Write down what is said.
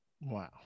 Wow